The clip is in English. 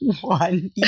one